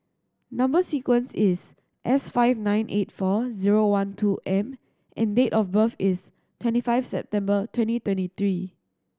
number sequence is S five nine eight four zero one two M and date of birth is twenty five September twenty twenty three